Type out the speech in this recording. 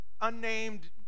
unnamed